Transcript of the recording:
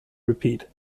repeat